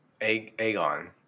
Aegon